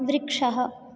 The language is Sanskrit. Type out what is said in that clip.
वृक्षः